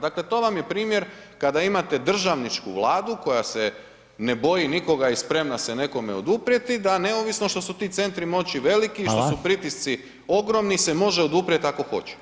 Dakle to vam je primjer kada imate državničku Vladu koja se ne boji nikoga i spremna se nekome oduprijeti da neovisno što su ti centri moći veliki i što su pritisci ogromni se može oduprijeti ako hoće.